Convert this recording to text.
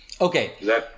Okay